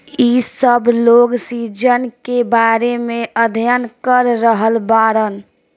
इ सब लोग सीजन के बारे में अध्ययन कर रहल बाड़न